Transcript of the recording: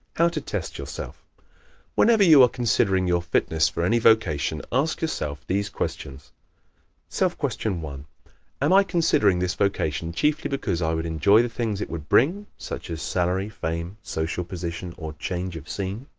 how to test yourself whenever you are considering your fitness for any vocation, ask yourself these questions self-question one am i considering this vocation chiefly because i would enjoy the things it would bring such as salary, fame, social position or change of scene?